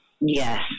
Yes